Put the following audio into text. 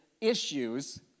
issues